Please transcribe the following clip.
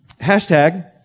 Hashtag